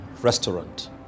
Restaurant